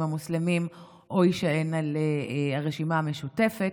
המוסלמים או יישען על הרשימה המשותפת.